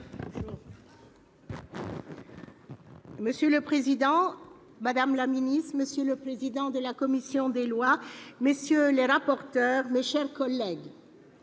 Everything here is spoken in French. Monsieur le président, madame la ministre, monsieur le président de la commission des lois, messieurs les rapporteurs, mes chers collègues,